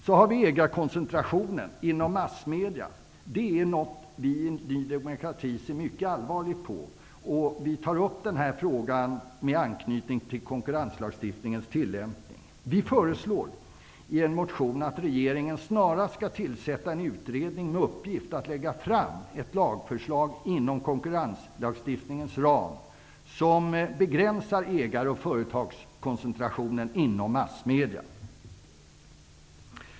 Ägarkoncentrationen inom massmedia är något som vi i Ny demokrati ser mycket allvarligt på, och vi tar upp denna fråga med anknytning till konkurrenslagstiftningens tillämpning. Vi föreslår i en motion att regeringen snarast skall tillsätta en utredning med uppgift att lägga fram ett lagförslag inom konkurrenslagstiftningens ram som begränsar ägaroch företagskoncentrationer inom massmedia.